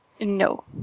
no